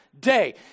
day